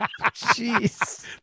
jeez